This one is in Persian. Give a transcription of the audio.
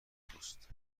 توست